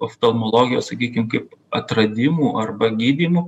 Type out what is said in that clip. oftalmologijos sakykim kaip atradimų arba gydymų